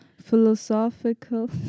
philosophical